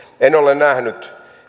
en ole nähnyt